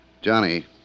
Johnny